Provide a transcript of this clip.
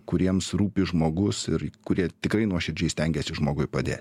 kuriems rūpi žmogus ir kurie tikrai nuoširdžiai stengiasi žmogui padėt